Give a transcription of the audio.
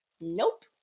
Nope